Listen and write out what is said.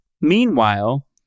Meanwhile